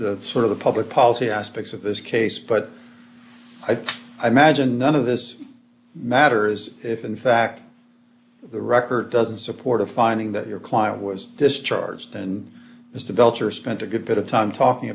the sort of the public policy aspects of this case but i'd imagine none of this matters if in fact the record doesn't support a finding that your client was discharged and mr belcher spent a good bit of time talking